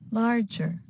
larger